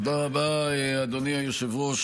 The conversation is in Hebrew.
תודה רבה, אדוני היושב-ראש.